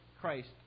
Christ